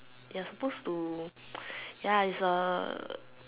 ya suppose to ya is a